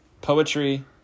Poetry